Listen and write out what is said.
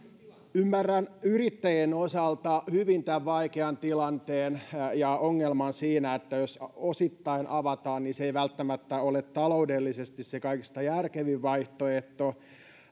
ymmärrän yrittäjien osalta hyvin tämän vaikean tilanteen ja ongelma on siinä että jos osittain avataan niin se ei välttämättä ole taloudellisesti se kaikista järkevin vaihtoehto